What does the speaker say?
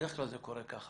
בדרך כלל זה קורה ככה.